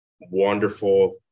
wonderful